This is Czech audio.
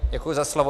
Děkuji za slovo.